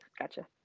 gotcha